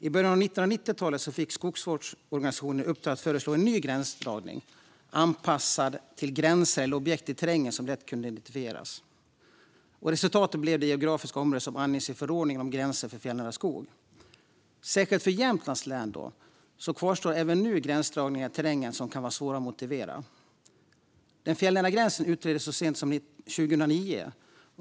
I början av 1990-talet fick Skogsvårdsorganisationen i uppdrag att föreslå en ny gränsdragning anpassad till gränser eller objekt i terrängen som lätt kunde identifieras. Resultatet blev det geografiska område som anges i förordningen om gränserna för fjällnära skog. Särskilt för Jämtlands län kvarstår även nu gränsdragningar i terrängen som kan vara svåra att motivera. Den fjällnära gränsen utreddes så sent som 2009.